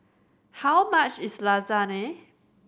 how much is Lasagne